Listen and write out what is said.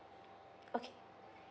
okay